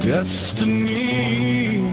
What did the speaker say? Destiny